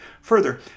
Further